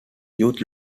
youth